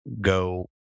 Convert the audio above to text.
go